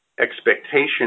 expectation